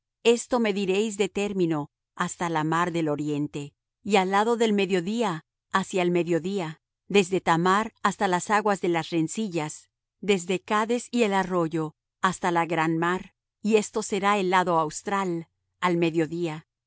esto mediréis de término hasta la mar del oriente y al lado del mediodía hacia el mediodía desde tamar hasta las aguas de las rencillas desde cades y el arroyo hasta la gran mar y esto será el lado austral al mediodía